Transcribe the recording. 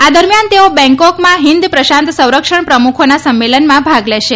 આ દરમિયાન તેઓ બેંગકોકમાં હિન્દ પ્રશાંત સંરક્ષણ પ્રમુખોના સંમેલનમાં ભાગ લેશે